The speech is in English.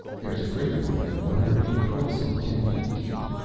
there's a crater more than one hundred feet across and ten feet deep,